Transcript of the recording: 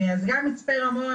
אז גם מצפה רמון,